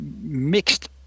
mixed